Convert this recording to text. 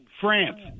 France